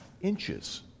inches